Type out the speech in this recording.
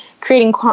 Creating